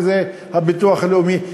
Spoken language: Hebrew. שזה הביטוח הלאומי?